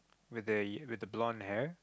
with the with a blonde hair